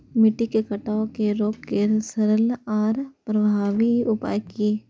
मिट्टी के कटाव के रोके के सरल आर प्रभावी उपाय की?